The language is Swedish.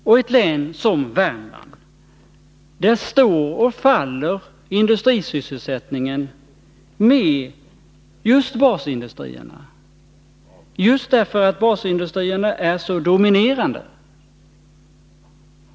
I ett län som Värmland står och faller industrisysselsättningen med 4 basindustrierna, just därför att basindustrierna är så dominerande.